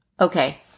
Okay